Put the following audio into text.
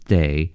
day